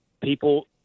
people